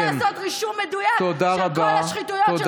יצטרכו לעשות רישום מדויק של כל השחיתויות שלך,